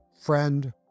friend